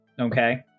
Okay